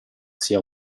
sia